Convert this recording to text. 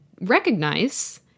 recognize